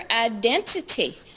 identity